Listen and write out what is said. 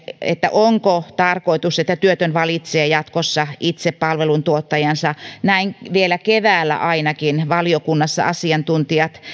onko tarkoitus että työtön valitsee jatkossa itse palveluntuottajansa näin vielä keväällä ainakin valiokunnassa asiantuntijat